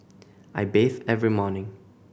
I bathe every morning